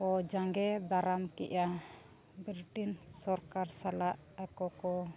ᱠᱚ ᱡᱟᱸᱜᱮ ᱫᱟᱨᱟᱢ ᱠᱮᱜᱼᱟ ᱵᱨᱤᱴᱮᱱ ᱥᱚᱨᱠᱟᱨ ᱥᱟᱞᱟᱜ ᱟᱠᱚ ᱠᱚ